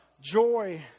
joy